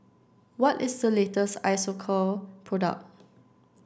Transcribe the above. what is the latest Isocal product